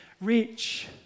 reach